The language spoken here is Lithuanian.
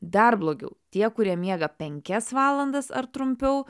dar blogiau tie kurie miega penkias valandas ar trumpiau